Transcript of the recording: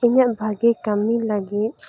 ᱤᱧᱟᱹᱜ ᱵᱷᱟᱹᱜᱤ ᱠᱟᱹᱢᱤ ᱞᱟᱹᱜᱤᱫ